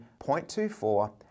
0.24